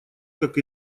как